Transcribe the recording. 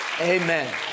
Amen